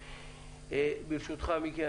ברשותך מיקי,